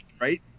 right